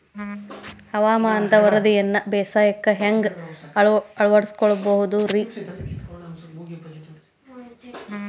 ಹವಾಮಾನದ ವರದಿಯನ್ನ ಬೇಸಾಯಕ್ಕ ಹ್ಯಾಂಗ ಅಳವಡಿಸಿಕೊಳ್ಳಬಹುದು ರೇ?